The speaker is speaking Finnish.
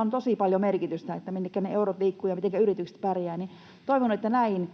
on tosi paljon merkitystä siinä, minnekä ne eurot liikkuvat ja mitenkä yritykset pärjäävät. Toivon, että näihin